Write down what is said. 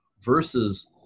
versus